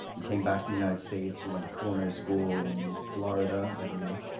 you came back the united states. you went to culinary school in florida, i believe.